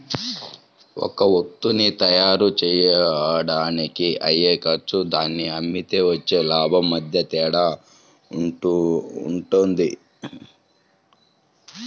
ఒక వత్తువుని తయ్యారుజెయ్యడానికి అయ్యే ఖర్చు దాన్ని అమ్మితే వచ్చే లాభం మధ్య తేడా వుంటది